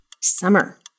Summer